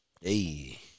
Hey